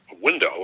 window